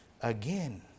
Again